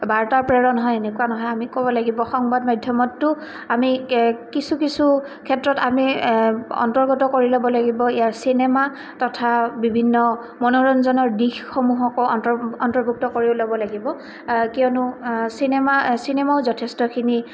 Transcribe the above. বাৰ্তা প্ৰেৰণ হয় এনেকুৱা নহয় আমি ক'ব লাগিব সংবাদ মাধ্যমততো আমি কিছু কিছু ক্ষেত্ৰত আমি অন্তৰ্গত কৰি ল'ব লাগিব ইয়াৰ চিনেমা তথা বিভিন্ন মনোৰঞ্জনৰ দিশসমূহকো অন্ত অন্তৰ্ভুক্ত কৰি ল'ব লাগিব কিয়নো চিনেমা চিনেমাও যথেষ্টখিনি